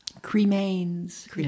Cremains